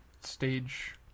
stage